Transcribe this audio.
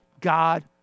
God